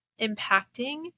impacting